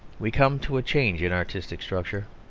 we come to a change in artistic structure.